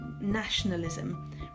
nationalism